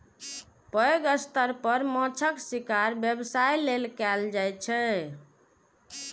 पैघ स्तर पर माछक शिकार व्यवसाय लेल कैल जाइ छै